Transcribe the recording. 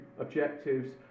objectives